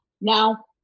Now